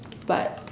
but